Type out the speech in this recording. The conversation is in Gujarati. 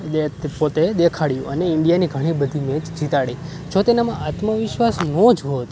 જે પોતે દેખાડ્યું અને ઇન્ડિયાની ઘણી બધી મેચ જીતાડી જો તેનામાં આત્મવિશ્વાસ ન જ હોત